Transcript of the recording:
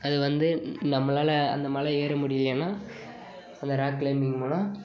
அது வந்து நம்மளால அந்த மலை ஏற முடியலைனா அந்த ராக் க்ளைம்பிங் மூலம்